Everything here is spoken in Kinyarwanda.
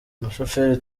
umushoferi